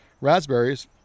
raspberries